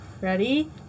Ready